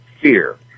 fear